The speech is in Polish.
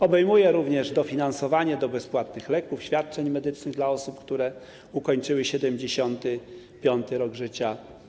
Obejmuje również dofinansowanie do bezpłatnych leków i świadczeń medycznych dla osób, które ukończyły 75. rok życia.